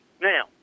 Now